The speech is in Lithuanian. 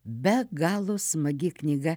be galo smagi knyga